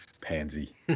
Pansy